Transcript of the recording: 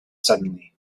suddenly